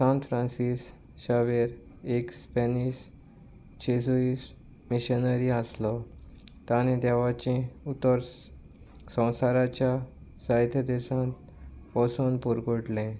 सांत फ्रांसीस शावेर एक स्पेनीस जेझूइश्ट मिशनरी आसलो ताणें देवाचें उतर संवसाराच्या साहित्य देशान वचून परकोटलें